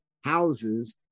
houses